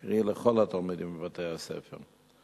קרי, לכל התלמידים בבית-הספר.